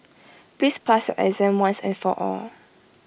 please pass your exam once and for all